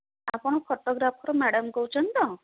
ଆପଣ photographer madam କହୁଛନ୍ତି ତ